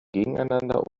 gegeneinander